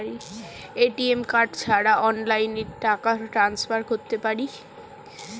ATM card ছাড়া অনলাইনে টাকা টান্সফার করতে পারি?